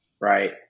right